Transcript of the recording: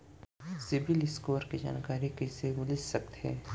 CIBIL score के जानकारी कइसे मिलिस सकथे?